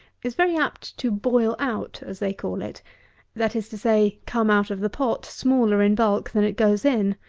is very apt to boil out, as they call it that is to say, come out of the pot smaller in bulk than it goes in.